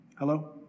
Hello